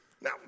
Now